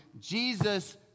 Jesus